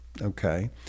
okay